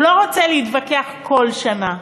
הוא לא רוצה להתווכח כל שנה,